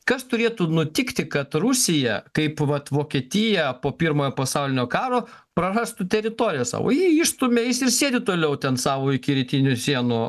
kas turėtų nutikti kad rusija kaip vat vokietiją po pirmojo pasaulinio karo prarastų teritorijas savo jį išstumia jis ir sėdi toliau ten sau iki rytinių sienų